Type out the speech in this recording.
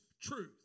truth